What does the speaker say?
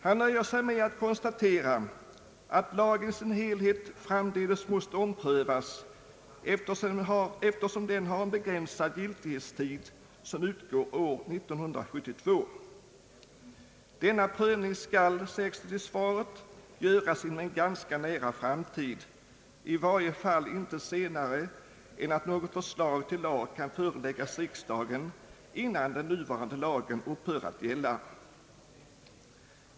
Han nöjer sig med att konstatera att lagen i sin helhet framdeles måste omprövas, eftersom den har begränsad gilitighetstid, vilken utgår år 1972. Denna prövning skall, sägs det i svaret, göras inom »en ganska nära framtid», i varje fall inte senare än att något förslag till lag kan föreläggas riksdagen innan den nuvarande lagen upphör att gälla.